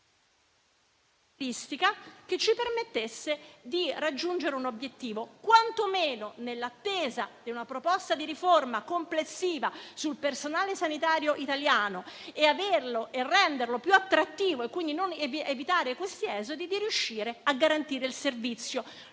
oltre, permettendoci di raggiungere un obiettivo, quanto meno nell'attesa di una proposta di riforma complessiva sul personale sanitario italiano, tale da renderlo più attrattivo, evitando certi esodi e riuscendo a garantire il servizio.